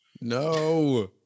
no